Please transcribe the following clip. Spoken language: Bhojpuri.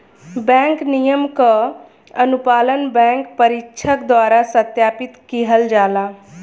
बैंक नियम क अनुपालन बैंक परीक्षक द्वारा सत्यापित किहल जाला